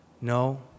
No